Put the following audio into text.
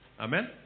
Amen